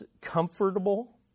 comfortable